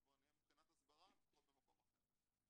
כבר נהיה מבחינת הסברה לפחות במקום אחר.